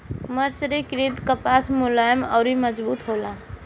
मर्सरीकृत कपास मुलायम अउर मजबूत होला